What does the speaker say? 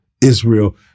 Israel